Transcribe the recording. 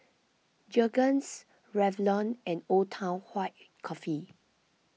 Jergens Revlon and Old Town White Coffee